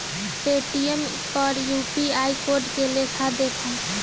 Paytm पर UPI code के लेखा देखम?